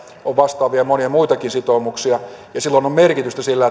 on monia muitakin vastaavia sitoumuksia silloin on merkitystä sillä